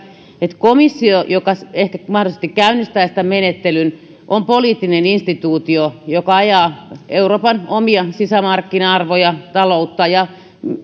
että komissio joka mahdollisesti käynnistäisi tämän menettelyn on poliittinen instituutio joka ajaa euroopan omia sisämarkkina arvoja ja taloutta ja